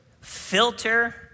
filter